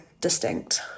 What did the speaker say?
distinct